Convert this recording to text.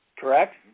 Correct